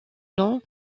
nom